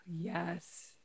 yes